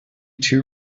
two